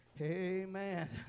Amen